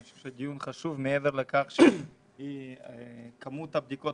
אני חושב שהדיון חשוב כי כמות הבדיקות,